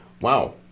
Wow